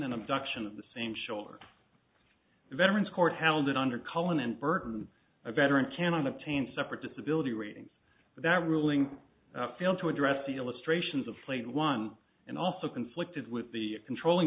flexion an abduction of the same shoulder veterans court held that under color and burden a veteran can obtain separate disability ratings that ruling failed to address the illustrations of played one and also conflicted with the controlling